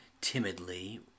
timidly